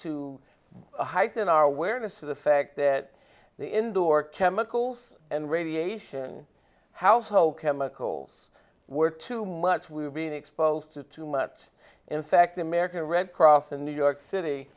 to heighten our awareness to the fact that the indoor chemicals and radiation household chemicals were too much we're being exposed to too much in fact the american red cross in new york city